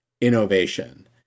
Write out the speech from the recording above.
innovation